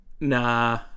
nah